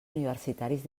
universitaris